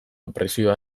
presioa